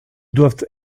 doivent